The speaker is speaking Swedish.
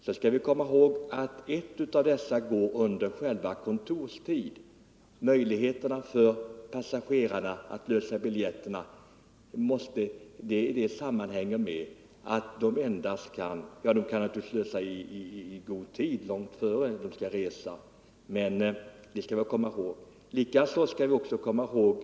Bara ett av dessa tåg går i vardera riktningen under kontorstid, och det försvårar för passagerarna att lösa biljetter, såvida de inte gör det långt i förväg.